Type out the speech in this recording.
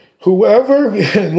Whoever